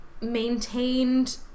maintained